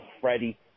Freddie